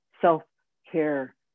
self-care